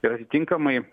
ir atitinkamai